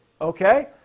Okay